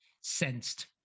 sensed